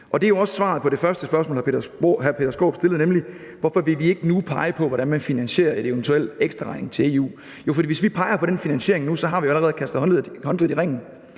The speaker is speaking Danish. Det er jo også svaret på det første spørgsmål, hr. Peter Skaarup stillede, nemlig hvorfor vi ikke nu vil pege på, hvordan man finansierer en eventuel ekstraregning til EU. For hvis vi peger på den finansiering nu, har vi jo allerede kastet håndklædet i ringen.